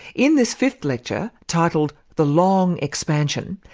in this fifth lecture, titled the long expansion,